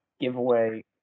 giveaway